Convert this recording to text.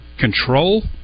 Control